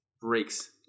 breaks